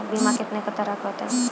बीमा कितने तरह के होते हैं?